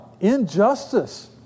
injustice